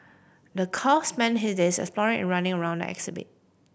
the calf spend his days exploring and running around the exhibit